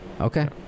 okay